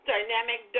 Dynamic